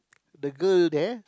the girl there